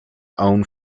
own